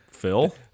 Phil